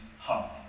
heart